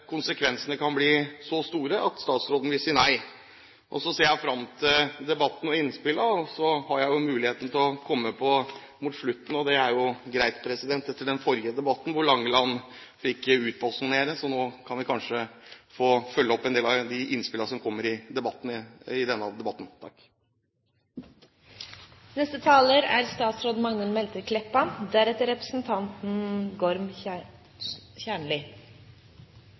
statsråden vil si ja? Jeg ser fram til debatten og innspillene, og så har jeg muligheten til å komme inn mot slutten. Det er jo greit etter den forrige debatten, hvor Langeland fikk utbasunere sine meninger. Nå kan jeg kanskje få fulgt opp en del av de innspillene som kommer i denne debatten. Lat meg fyrst få bruka nokre ord til på konsekvensane for andre område innan telekommunikasjon. Svaret er